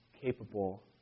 capable